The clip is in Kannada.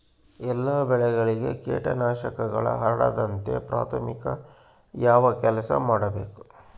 ಎಲ್ಲ ಬೆಳೆಗಳಿಗೆ ಕೇಟನಾಶಕಗಳು ಹರಡದಂತೆ ಪ್ರಾಥಮಿಕ ಯಾವ ಕೆಲಸ ಮಾಡಬೇಕು?